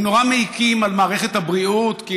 הם נורא מעיקים על מערכת הבריאות כי